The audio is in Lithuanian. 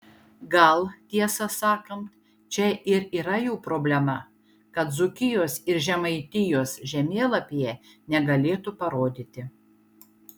gal tiesą sakant čia ir yra jų problema kad dzūkijos ir žemaitijos žemėlapyje negalėtų parodyti